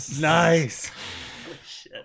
Nice